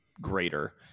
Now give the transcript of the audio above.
greater